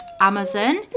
amazon